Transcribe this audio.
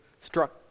struck